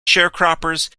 sharecroppers